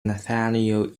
nathaniel